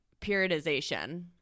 periodization